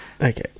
Okay